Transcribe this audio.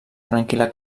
tranquil·la